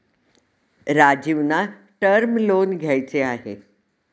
राजीवना term loan घ्यायचे आहे